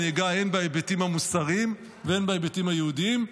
אני אגע הן בהיבטים המוסריים והן בהיבטים היהודיים,